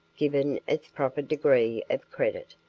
given its proper degree of credit,